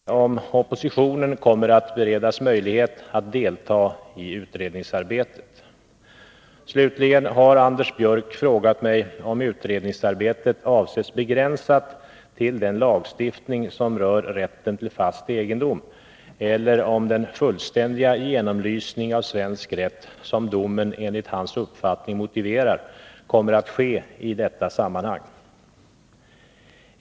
Herr talman! Anders Björck har frågat mig hur regeringen ämnar gå till väga för att bereda de ändringar i svensk lag som sägs följa av en nyligen avkunnad dom i Europadomstolen. En andra fråga är om oppositionen kommer att beredas möjlighet att delta i utredningsarbetet. Slutligen har Anders Björck frågat mig om utredningsarbetet avses begränsat till den lagstiftning som rör rätten till fast egendom eller om den fullständiga genomlysning av svensk rätt som domen enligt hans uppfattning motiverar kommer att ske i detta sammanhang.